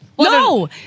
No